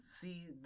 see